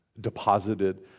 deposited